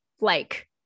like-